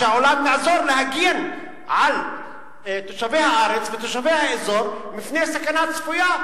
שהעולם יעזור להגן על תושבי הארץ ותושבי האזור מפני סכנה צפויה,